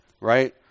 right